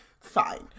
Fine